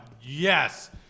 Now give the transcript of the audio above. yes